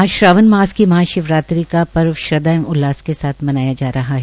आज श्रावण मास की महाशिवरात्रि का पर्व एवं उल्लास के साथ मनाया जा रहा है